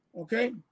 okay